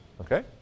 Okay